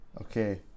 Okay